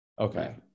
Okay